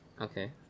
Okay